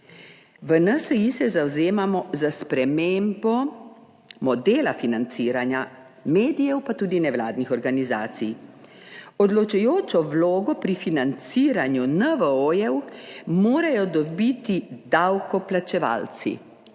V NSi se zavzemamo za spremembo modela financiranja medijev, pa tudi nevladnih organizacij. Odločujočo vlogo pri financiranju NVO-jev morajo dobiti davkoplačevalci.